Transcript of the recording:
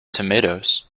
tomatoes